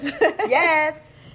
Yes